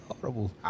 horrible